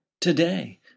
today